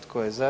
Tko je za?